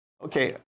Okay